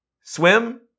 Swim